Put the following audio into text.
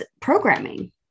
programming